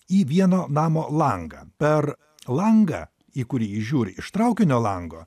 į vieno namo langą per langą į kurį ji žiūri iš traukinio lango